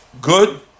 Good